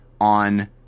on